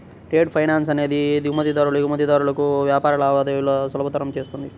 trade finance అనేది దిగుమతిదారులు, ఎగుమతిదారులకు వ్యాపార లావాదేవీలను సులభతరం చేస్తుంది